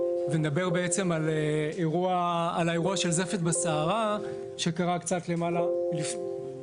ונדבר על האירוע של זפת בסערה שקרה לפני קצת למעלה משנה.